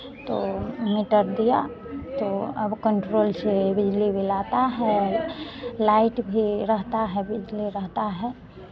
तो मीटर दिया तो अब कंट्रोल से बिजली बिल आता है लाइट भी रहता है बिजली रहता है